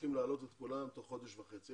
שצריכים להעלות את כולם תוך חודש וחצי.